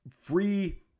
free